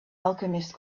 alchemist